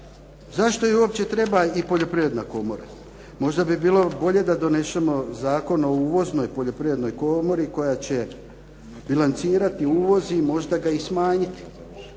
Zašto joj uopće treba i Poljoprivredna komora? Možda bi bilo bolje da donesemo zakon o uvoznoj poljoprivrednoj komori koja će bilancirati uvoz i možda ga i smanjiti.